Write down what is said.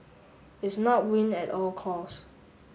it's not win at all cost